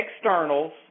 externals